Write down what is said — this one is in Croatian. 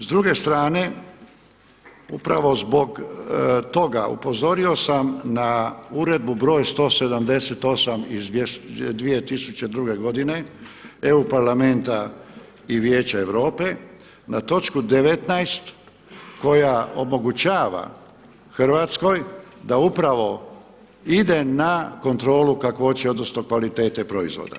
S druge strane upravo zbog toga upozorio sam na uredbu broj 178 iz 2002. godine EU Parlamenta i Vijeća Europe na točku 19. koja omogućava Hrvatskoj da upravo ide na kontrolu kakvoće odnosno kvalitete proizvoda.